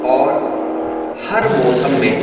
और हर मौसम में